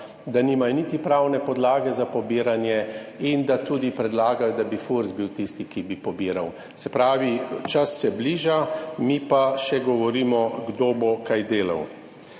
da nimajo niti pravne podlage za pobiranje in da tudi predlagajo, da bi FURS bil tisti, ki bi pobiral. Se pravi, čas se bliža, mi pa še govorimo kdo bo kaj delal.